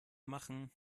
machen